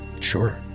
Sure